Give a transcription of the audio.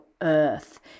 earth